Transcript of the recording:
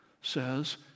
says